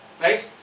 right